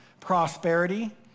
prosperity